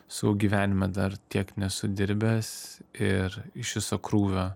savo gyvenime dar tiek nesu dirbęs ir iš viso krūvio